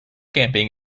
camping